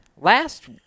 last